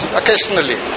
occasionally